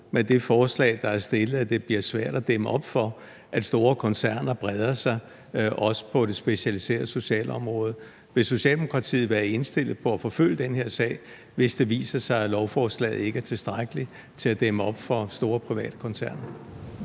med det lovforslag, der er fremsat, og at det bliver svært at dæmme op for, at store koncerner breder sig også på det specialiserede socialområde. Vil Socialdemokratiet være indstillet på at forfølge den her sag, hvis det viser sig, at lovforslaget ikke er tilstrækkeligt til at dæmme op for store private koncerner?